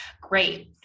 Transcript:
Great